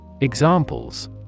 examples